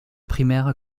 primaire